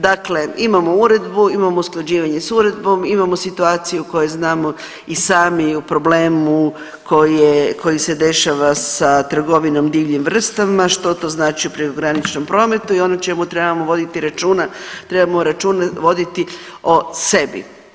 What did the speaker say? Dakle imamo uredbu, imamo usklađivanje s uredbom, imamo situaciju u kojoj znamo i sami u problemu koji se dešava sa trgovinom divljim vrstama, što to znači u prekograničnom prometu i ono o čemu trebamo voditi računa, trebamo računa voditi o sebi.